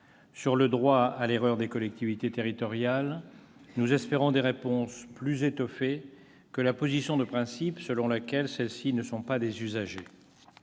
du droit à l'erreur des collectivités territoriales, nous espérons des réponses plus étoffées que la position de principe selon laquelle celles-ci ne sont pas des usagers.